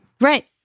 Right